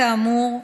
כאמור,